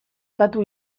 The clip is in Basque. patu